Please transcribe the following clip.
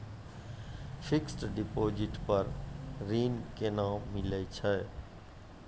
Fixed deposit पर ऋण केना मिलै छै?